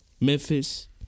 Memphis